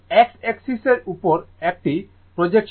এখন x axis এর উপর একটি প্রজেকশন নিন